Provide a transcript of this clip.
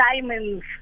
Diamonds